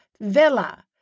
villa